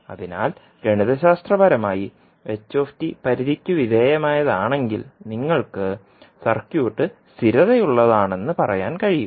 അതിനാൽ ഗണിതശാസ്ത്രപരമായി പരിധിക്കുവിധേയമായത് ആണെങ്കിൽ നിങ്ങൾക്ക് സർക്യൂട്ട് സ്ഥിരതയുള്ളതാണെന്ന് പറയാൻ കഴിയും